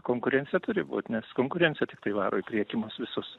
konkurencija turi būt nes konkurencija tiktai varo į priekį mus visus